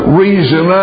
reason